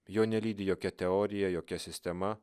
jo nelydi jokia teorija jokia sistema